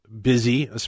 busy